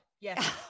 Yes